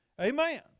Amen